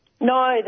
No